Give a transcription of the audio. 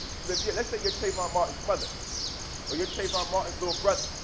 sort of yeah let's say you're trayvon martin's mother or you're trayvon martin's little brother.